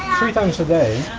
three times a day,